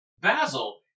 Basil